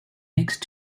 next